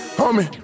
homie